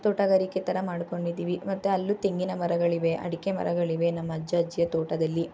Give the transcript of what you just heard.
ತೋಟಗಾರಿಕೆ ಥರ ಮಾಡ್ಕೊಂಡಿದೀವಿ ಮತ್ತು ಅಲ್ಲೂ ತೆಂಗಿನ ಮರಗಳಿವೆ ಅಡಿಕೆ ಮರಗಳಿವೆ ನಮ್ಮ ಅಜ್ಜ ಅಜ್ಜಿಯ ತೋಟದಲ್ಲಿ